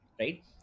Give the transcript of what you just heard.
right